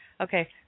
okay